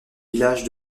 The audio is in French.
village